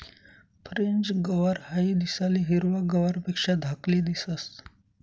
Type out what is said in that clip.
French गवार हाई दिसाले हिरवा गवारपेक्षा धाकली दिसंस